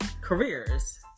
careers